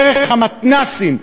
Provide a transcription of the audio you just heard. דרך המתנ"סים,